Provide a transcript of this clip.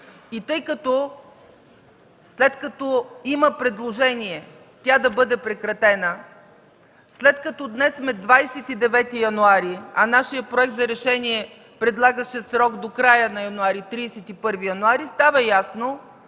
И тъй като, след като има предложение тя да бъде прекратена, след като днес сме 29 януари, а нашият проект за решение предлагаше срок до края на януари – 31 януари, става ясно,